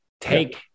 Take